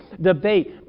debate